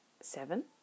seven